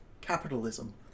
capitalism